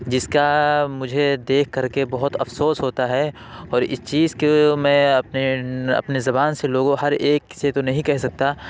جس کا مجھے دیکھ کر کے بہت افسوس ہوتا ہے اور اس چیز کو میں اپنے اپنے زبان سے لوگوں ہر ایک سے تو نہیں کہہ سکتا